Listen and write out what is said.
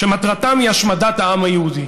שמטרתם היא השמדת העם היהודי.